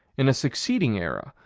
in a succeeding era,